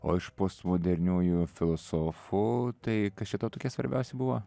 o iš postmoderniųjų filosofų tai kas čia tau tokie svarbiausi buvo